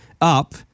up